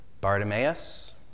Bartimaeus